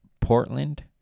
Portland